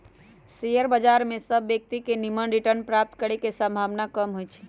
share बजार में सभ व्यक्तिय के निम्मन रिटर्न प्राप्त करे के संभावना कम होइ छइ